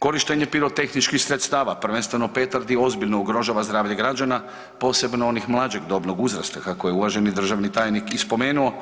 Korištenje pirotehničkih sredstava, prvenstveno petardi, ozbiljno ugrožava zdravlje građana, posebno onih mlađeg dobnog uzrasta, kako je uvaženi državni tajnik i spomenuo,